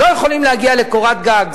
לא יכולים להגיע לקורת-גג,